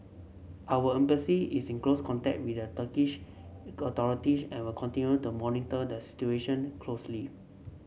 our embassy is in close contact with the Turkish authorities and will continue to monitor the situation closely